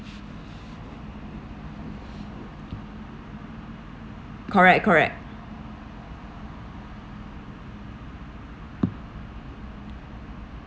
correct correct